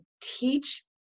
teach